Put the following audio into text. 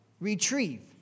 Retrieve